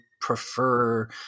prefer